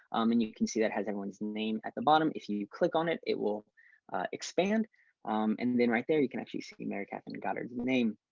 um and you can see that. has anyone's name at the bottom. if you you click on it, it will expand and then right there. you can actually see mary catherine got her name.